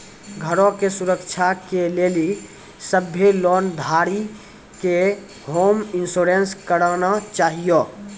घरो के सुरक्षा के लेली सभ्भे लोन धारी के होम इंश्योरेंस कराना छाहियो